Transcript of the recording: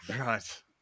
Right